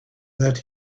that